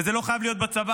וזה לא חייב להיות בצבא,